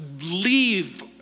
leave